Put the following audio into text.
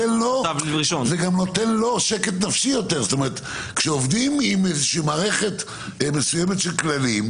זה גם נותן לו שקט נפשי כשעובדים עם מערכת מסוימת של כללים.